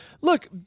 Look